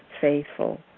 faithful